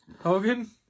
Hogan